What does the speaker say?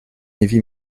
heavy